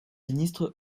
ministre